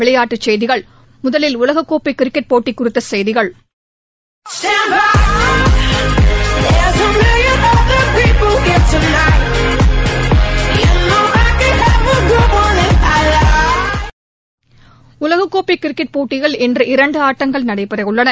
விளையாட்டுச் செய்திகள் முதலில் உலக கோப்பை கிரிக்கெட் போட்டி குறித்த செய்திகள் உலக கோப்பை கிரிக்கெட் போட்டியில் இன்று இரண்டு ஆட்டங்கள் நடைபெறவுள்ளன